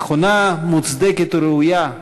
נכונה, מוצדקת וראויה,